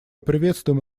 приветствуем